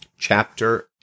Chapter